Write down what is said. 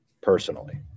personally